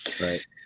Right